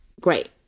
great